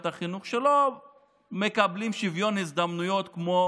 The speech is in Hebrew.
החינוך שלא מקבלות שוויון הזדמנויות כמו